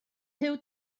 huw